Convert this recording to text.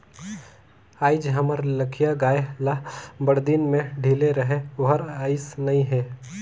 आयज हमर लखिया गाय ल बड़दिन में ढिले रहें ओहर आइस नई हे